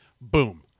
Boom